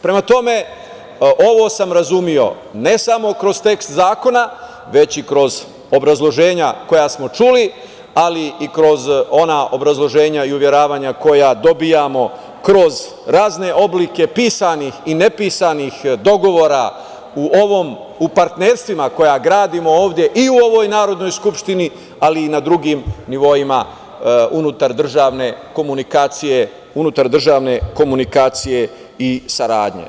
Prema tome, ovo sam razumeo, ne samo kroz tekst zakona, već i kroz obrazloženja koja smo čuli, ali i kroz ona obrazloženja i uveravanja koja dobijamo kroz razne oblike pisanih i ne pisanih dogovora u partnerstvima koja gradimo ovde i u ovoj Narodnoj skupštini, ali i na drugim nivoima unutar državne komunikacije i saradnje.